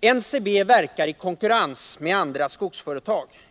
NCB verkar i konkurrens med andra stora skogsföretag.